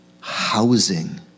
housing